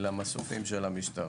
למסופי המשטרה.